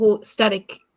static